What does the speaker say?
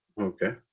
Okay